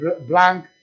blank